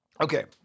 Okay